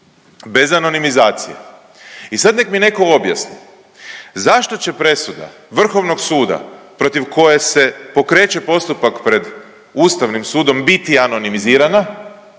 Bez anonimizacije. I sad nek mi netko objasni zašto će presuda Vrhovnog suda protiv koje se pokreće postupak pred Ustavnim sudom biti anonimizirana,